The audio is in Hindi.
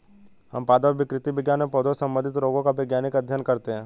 हम पादप विकृति विज्ञान में पौधों से संबंधित रोगों का वैज्ञानिक अध्ययन करते हैं